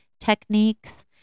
techniques